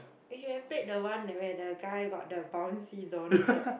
eh should have played the one where the guy got the bouncy Donald-Duck